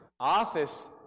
office